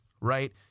right